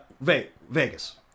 Vegas